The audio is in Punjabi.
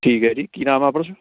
ਠੀਕ ਹੈ ਜੀ ਕੀ ਨਾਮ ਹੈ ਆਪਣਾ ਸ